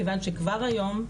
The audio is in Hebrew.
מכיוון שכבר היום,